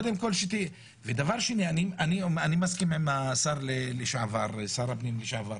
דבר שני אני מסכים עם שר הפנים לשעבר,